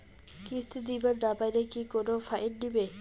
কিস্তি দিবার না পাইলে কি কোনো ফাইন নিবে?